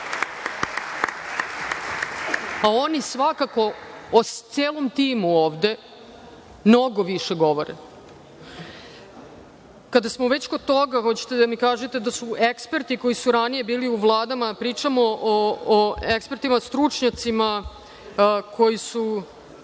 a oni svakako o celom timu ovde mnogo više govore. Kada smo već kod toga, hoćete da mi kažete da su eksperti koji su ranije bili u vladama, pričamo o ekspertima stručnjacima koji su